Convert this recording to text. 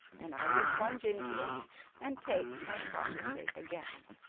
and i will plunge into it and take my proper shape again.